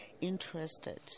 interested